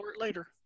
later